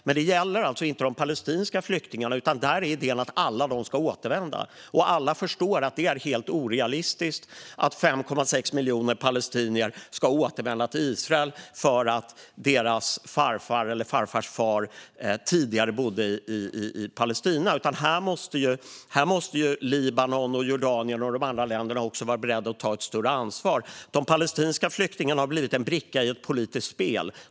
Men det gäller alltså inte de palestinska flyktingarna, utan där är idén att alla ska återvända. Alla förstår ju att det är helt orealistiskt att 5,6 miljoner palestinier ska återvända till Israel för att deras farfar eller farfars far tidigare bodde i Palestina. Här måste Libanon, Jordanien och de andra länderna också vara beredda att ta ett större ansvar. De palestinska flyktingarna har blivit en bricka i ett politiskt spel.